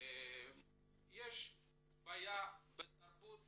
יש בעיה בתרבות